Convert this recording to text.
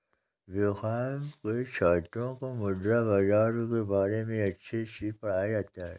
BCom के छात्रों को मुद्रा बाजार के बारे में अच्छे से पढ़ाया जाता है